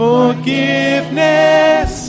Forgiveness